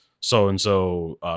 so-and-so